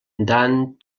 dant